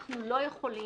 אנחנו לא יכולים,